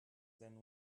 than